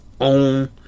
own